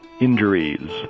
Injuries